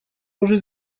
уже